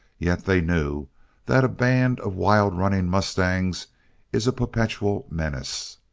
yet they knew that a band of wildrunning mustangs is a perpetual menace.